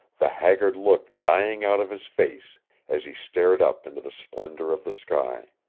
the haggard look dying out of his face as he stared up into the splendor of the sky.